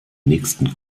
nächsten